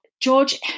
George